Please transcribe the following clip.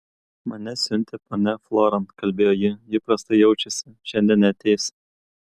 mane siuntė ponia floran kalbėjo ji ji prastai jaučiasi šiandien neateis